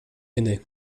inne